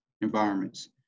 environments